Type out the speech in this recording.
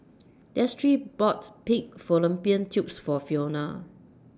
Destry bought Pig Fallopian Tubes For Fiona